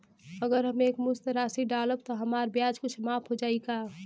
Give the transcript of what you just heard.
अगर हम एक मुस्त राशी डालब त हमार ब्याज कुछ माफ हो जायी का?